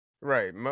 Right